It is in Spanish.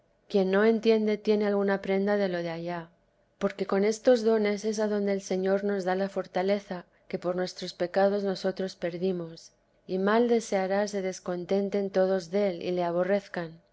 quien no entiende tiene alguna prenda de lo de allá porque con estos dones es adonde el señor nos da la fortaleza que por nuestros pecados nosotros perdimos y mal deseará se descontenten todos del y le aborrezcan